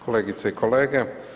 Kolegice i kolege.